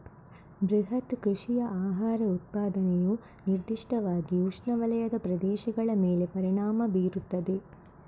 ಬೃಹತ್ ಕೃಷಿಯ ಆಹಾರ ಉತ್ಪಾದನೆಯು ನಿರ್ದಿಷ್ಟವಾಗಿ ಉಷ್ಣವಲಯದ ಪ್ರದೇಶಗಳ ಮೇಲೆ ಪರಿಣಾಮ ಬೀರುತ್ತದೆ